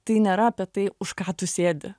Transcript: tai nėra apie tai už ką tu sėdi